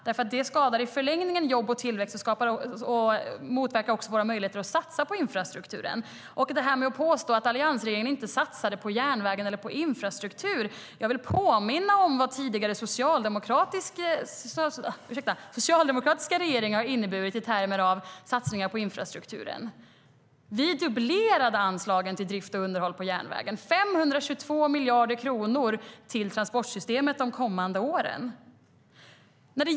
Det skadar nämligen i förlängningen jobb och tillväxt samt motverkar våra möjligheter att satsa på infrastrukturen. När det gäller påståendet att alliansregeringen inte satsade på järnvägen vill jag påminna om vad tidigare, socialdemokratiska regeringar har inneburit i termer av satsningar på infrastrukturen. Vi dubblerade anslagen till drift och underhåll på järnvägen - 522 miljarder kronor till transportsystemet de kommande åren.